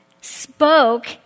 spoke